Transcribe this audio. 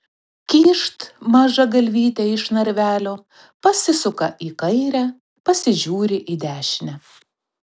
kyšt maža galvytė iš narvelio pasisuka į kairę pasižiūri į dešinę